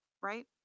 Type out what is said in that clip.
Right